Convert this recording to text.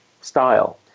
style